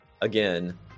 again